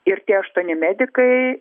ir tie aštuoni medikai